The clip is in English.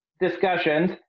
discussions